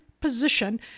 position